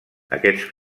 aquests